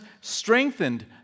strengthened